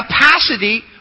capacity